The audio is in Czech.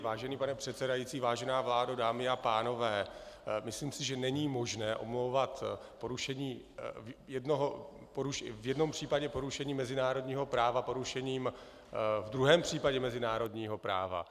Vážený pane předsedající, vážená vládo, dámy a pánové, myslím si, že není možné omlouvat v jednom případě porušení mezinárodního práva porušením v druhém případě mezinárodního práva.